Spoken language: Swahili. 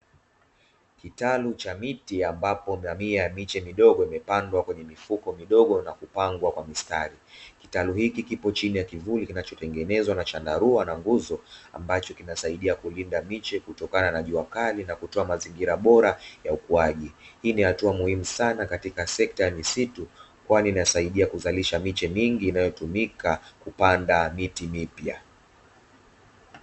Kitalu cha miti ya ambapo mamia miche midogo imepandwa kwenye mifuko midogo na kupangwa kwa mistari, kitabu hiki kipo chini ya kivuli kinachotengenezwa na chandarua na nguzo ambacho kinasaidia kulinda miche kutokana na juakali, na kutoa mazingira bora ya ukuaji hii ni hatua muhimu sana katika sekta misitu kwani inasaidia kuzalisha miche mingi inayotumika kupanda miti mipya.